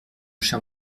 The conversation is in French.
cher